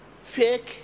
fake